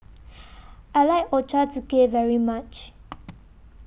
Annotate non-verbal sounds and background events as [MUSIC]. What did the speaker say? [NOISE] I like Ochazuke very much [NOISE]